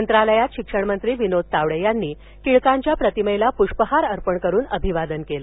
मंत्रालयात शिक्षणमंत्री विनोद तावडे यांनी टिळकांच्या प्रतिमेला प्ष्पहार अर्पण करुन अभिवादन केलं